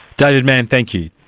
david manne, thank you.